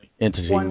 entity